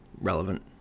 relevant